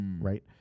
Right